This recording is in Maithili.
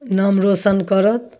नाम रोशन करत